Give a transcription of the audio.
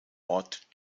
ort